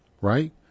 right